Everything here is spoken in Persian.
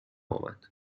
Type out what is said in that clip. آمد